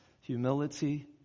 Humility